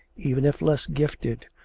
even if less gifted,